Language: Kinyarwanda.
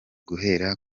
guhera